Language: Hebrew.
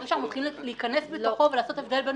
ברגע שאנחנו מתחילים להיכנס לתוכו וליצור הבדל בין